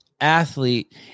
athlete